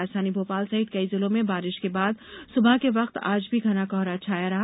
राजधानी भोपाल सहित कई जिलों में बारिश के बाद सुबह के वक्त आज भी घना कोहरा छाया रहा